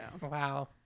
Wow